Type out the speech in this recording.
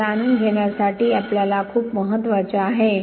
हे जाणून घेणे आपल्यासाठी खूप महत्वाचे आहे